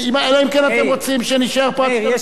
אלא אם כן אתם רוצים שנישאר פה עד 24:00,